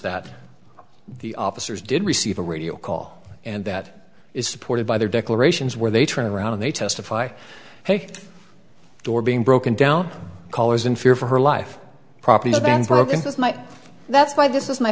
that the officers did receive a radio call and that is supported by their declarations where they turn around and they testify hey door being broken down callers in fear for her life property has been broken it was my that's why this is my